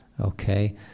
okay